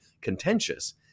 contentious